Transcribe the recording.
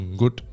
good